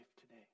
today